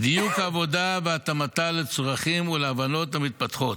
דיוק העבודה והתאמתה לצרכים ולהבנות המתפתחות,